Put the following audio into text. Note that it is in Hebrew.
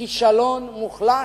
כישלון מוחלט,